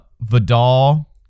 Vidal